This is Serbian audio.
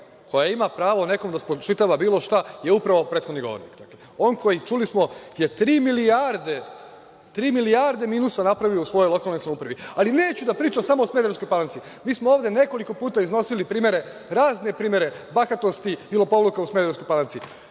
koja ima pravo nekom da spočitava bilo šta je upravo prethodni govornik. Dakle, on koji je, čuli smo, tri milijarde minusa napravio svojoj lokalnoj samoupravi. Ali, neću da pričam samo o Smederevskoj Palanci. Mi smo ovde nekoliko puta iznosili razne primere bahatosti i lopovluka u Smederevskoj Palanci. Evo,